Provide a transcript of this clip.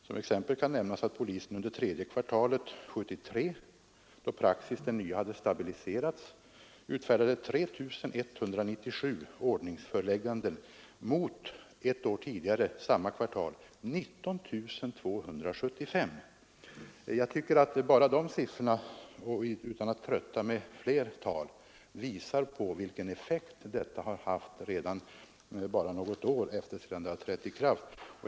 Som exempel kan nämnas att polisen under tredje kvartalet 1973, då denna nya praxis stabiliserats, utfärdade 3 197 ordningsförelägganden mot ett år tidigare, samma kvartal, 19 275. Jag tycker att de siffrorna — jag skall inte trötta med fler — visar vilken effekt de nya bestämmelserna har haft bara något år efter det att de trätt i kraft.